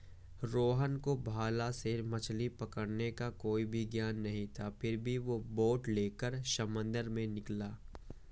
रोहन को भाला से मछली पकड़ने का कोई भी ज्ञान नहीं था फिर भी वो बोट लेकर समंदर में निकला